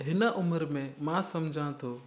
हिन उमिरि में मां समुझा थो